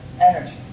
energy